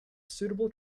suitable